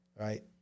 right